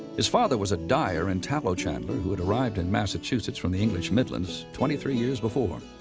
his father was a dyer and tallow chandler, who had arrived in massachusetts from the english midlands twenty three years before.